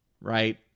right